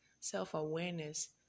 self-awareness